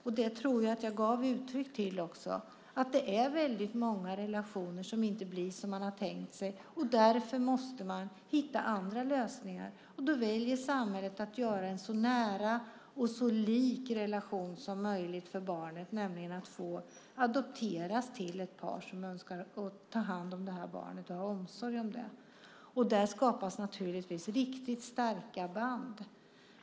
Jag tror att jag också gav uttryck för att det är väldigt många relationer som inte blir som man har tänkt sig och att man därför måste hitta andra lösningar. Då väljer samhället en så nära relation som möjligt för barnet, nämligen att barnet får adopteras till ett par som önskar ta hand om och ha omsorg om det. Där skapas naturligtvis riktigt starka band.